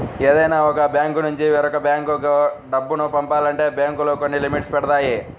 ఏదైనా ఒక బ్యాంకునుంచి వేరొక బ్యేంకు డబ్బు పంపాలంటే బ్యేంకులు కొన్ని లిమిట్స్ పెడతాయి